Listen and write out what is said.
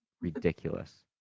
ridiculous